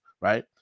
right